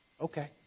Okay